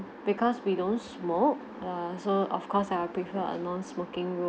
because we don't smoke err so of course I will prefer a non-smoking ro~